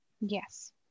Yes